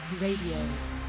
Radio